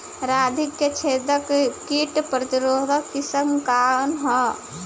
रागी क छेदक किट प्रतिरोधी किस्म कौन ह?